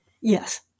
Yes